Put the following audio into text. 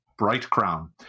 Brightcrown